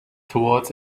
toward